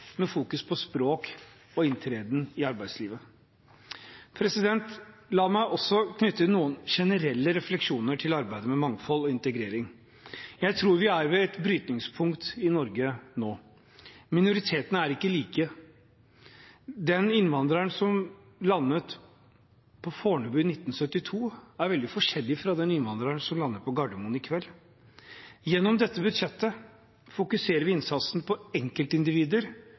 med fokus på språk og inntreden i arbeidslivet. La meg også knytte noen generelle refleksjoner til arbeidet med mangfold og integrering. Jeg tror vi er ved et brytningspunkt i Norge nå. Minoritetene er ikke like. Den innvandreren som landet på Fornebu i 1972, er veldig forskjellig fra den innvandreren som lander på Gardermoen i kveld. Gjennom dette budsjettet fokuserer vi innsatsen på enkeltindivider